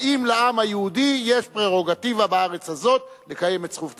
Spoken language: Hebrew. האם לעם היהודי יש פררוגטיבה בארץ הזאת לקיים את זכות השיבה.